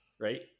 Right